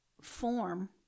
form